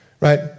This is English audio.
right